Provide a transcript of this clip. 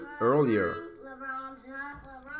earlier